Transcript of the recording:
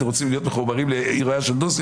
אתם רוצים להיות מחוברים לעיר של דוסים?